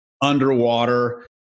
underwater